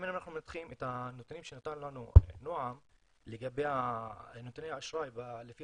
את הנתונים שנתן לנו נעם לגבי נתוני האשראי לפי